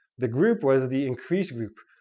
the group was the increase group,